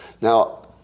Now